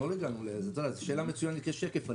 זאת שאלה מצוינת, ויש עליה שקף.